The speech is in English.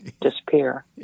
disappear